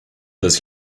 this